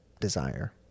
desire